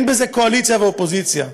ואין בזה קואליציה ואופוזיציה,